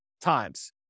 times